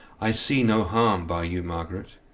i see no harm by you, margaret,